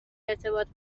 ارتباط